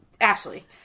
Ashley